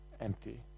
empty